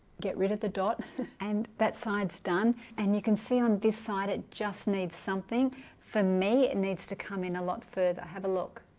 get rid of the dot and that sides done and you can see on this side it just needs something for me it needs to come in a lot further i have a look